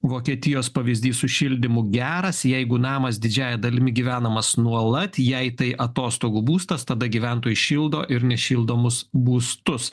vokietijos pavyzdys su šildymu geras jeigu namas didžiąja dalimi gyvenamas nuolat jei tai atostogų būstas tada gyventojai šildo ir nešildomus būstus